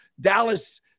Dallas